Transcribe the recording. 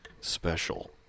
special